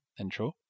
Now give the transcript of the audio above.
intro